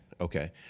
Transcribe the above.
Okay